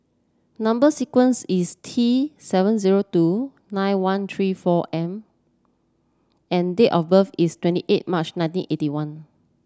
number sequence is T seven zero two nine one three four M and date of birth is twenty eight March nineteen eighty one